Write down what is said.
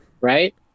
Right